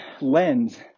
lens